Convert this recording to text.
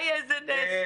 אולי יהיה איזה נס.